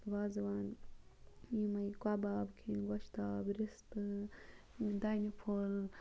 وازوان یِمَے کَباب کھیٚنۍ گۄشتاب رِستہٕ دَنہِ پھوٚل